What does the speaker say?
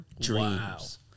Dreams